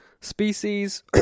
species